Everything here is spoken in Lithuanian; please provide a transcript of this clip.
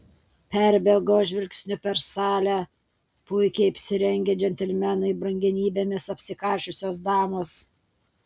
perbėgo žvilgsniu per salę puikiai apsirengę džentelmenai brangenybėmis apsikarsčiusios damos